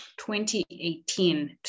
2018